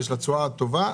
יש לה תשואה טובה.